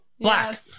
black